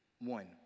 One